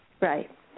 right